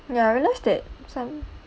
ya I realize that some